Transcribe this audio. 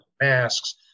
masks